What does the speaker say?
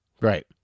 right